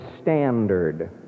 standard